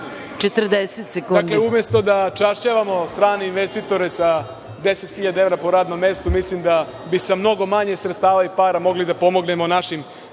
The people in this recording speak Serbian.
Aleksić** Dakle, umesto da čašćavamo strane investitore sa 10.000 evra po radnom mestu, mislim da bi sa mnogo manje sredstava i para mogli da pomognemo našim